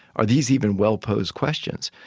are these even well-posed questions?